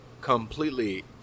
completely